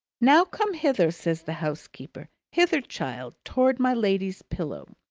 now, come hither, says the housekeeper. hither, child, towards my lady's pillow.